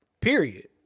Period